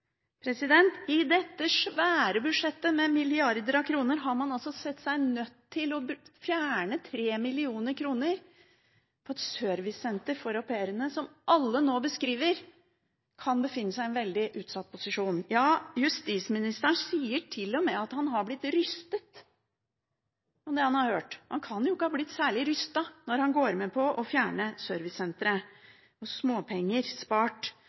I dette svære budsjettet med milliarder av kroner har man altså sett seg nødt til å fjerne 3 mill. kr på et servicesenter for au pairene, som alle nå beskriver kan befinne seg i en veldig utsatt posisjon. Ja, justisministeren sier til og med at han har blitt rystet av det han har hørt, men han kan jo ikke ha blitt særlig rystet når han går med på å fjerne servicesenteret og spare småpenger